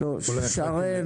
שרן,